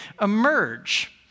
emerge